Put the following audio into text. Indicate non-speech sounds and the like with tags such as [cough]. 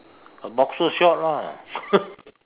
a boxer short lah [laughs]